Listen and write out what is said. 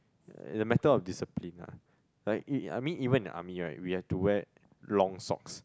yeah it's a matter of discipline ah like even I mean even in the army right we have to wear long socks